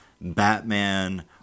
batman